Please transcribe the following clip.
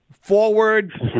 forward